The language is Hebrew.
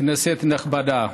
כנסת נכבדה,